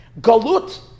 galut